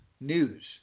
news